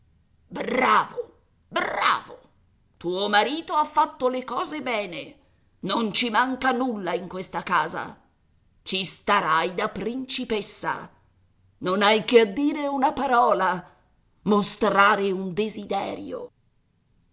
bravo bravo tuo marito ha fatto le cose bene non ci manca nulla in questa casa ci starai da principessa non hai che a dire una parola mostrare un desiderio